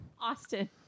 Austin